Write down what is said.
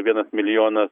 vienas milijonas